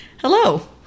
Hello